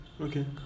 okay